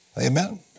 Amen